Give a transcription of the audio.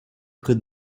près